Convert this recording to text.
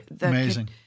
amazing